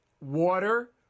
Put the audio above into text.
water